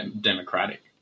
democratic